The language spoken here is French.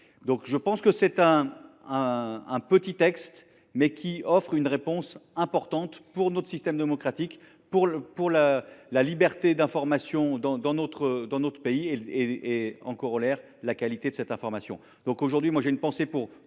16 000 salariés. Ce petit texte offre donc une réponse importante pour notre système démocratique, pour la liberté d’information dans notre pays et, en corollaire, pour la qualité de cette information.